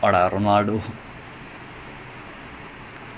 bringing the girls [what]